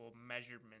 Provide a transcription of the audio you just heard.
measurement